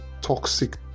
toxic